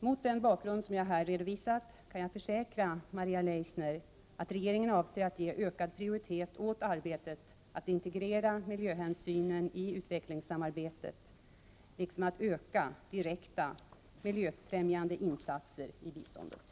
Mot den bakgrund jag här redovisat kan jag försäkra Maria Leissner att regeringen avser att ge ökad prioritet åt arbetet att integrera miljöhänsynen i utvecklingssamarbetet liksom att öka direkta miljöfrämjande insatser i biståndet.